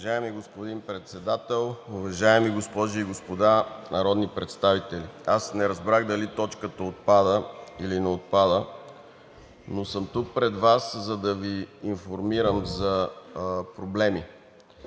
Уважаеми господин Председател, уважаеми народни представители! Аз не разбрах дали точката отпада, или не отпада, но съм тук пред Вас, за да Ви информирам за проблемите,